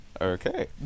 Okay